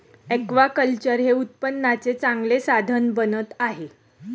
aquaculture हे उत्पन्नाचे चांगले साधन बनत आहे